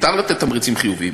מותר לתת תמריצים חיוביים.